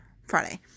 Friday